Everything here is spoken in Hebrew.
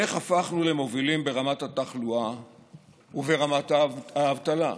איך הפכנו למובילים ברמת התחלואה וברמת האבטלה?